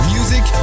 Music